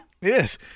Yes